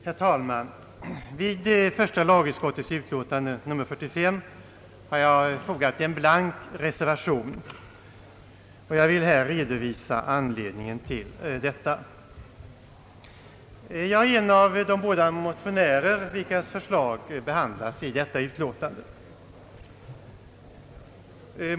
Herr talman! Till första lagutskottets utlåtande nr 45 har jag fogat en blank reservation, och jag vill redovisa anledningen härtill. Jag är en av de båda motionärer vilkas förslag behandlas i detta utlåtande.